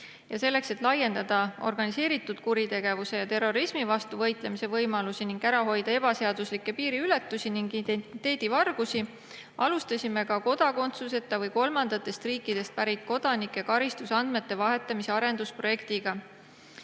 Selleks, et laiendada organiseeritud kuritegevuse ja terrorismi vastu võitlemise võimalusi ning ära hoida ebaseaduslikke piiriületusi ning identiteedivargusi, alustasime kodakondsuseta või kolmandatest riikidest pärit kodanike karistusandmete vahetamise arendusprojekti.